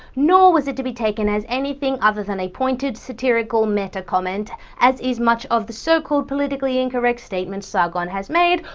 nor was it to be taken as anything other than a pointed, satirical, meta comment, as is much of the so-called politically incorrect statements ah he has made,